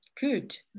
good